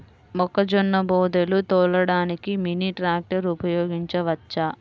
మొక్కజొన్న బోదెలు తోలడానికి మినీ ట్రాక్టర్ ఉపయోగించవచ్చా?